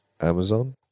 amazon